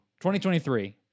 2023